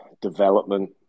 development